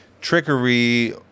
trickery